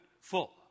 full